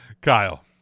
Kyle